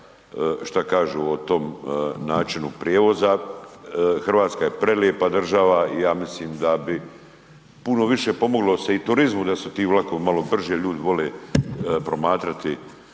šta kažu o tom načinu prijevoza. Hrvatska je prelijepa država i ja mislim da bi se puno više pomoglo i turizmu da su ti vlakovi malo brži, ljudi vole promatrati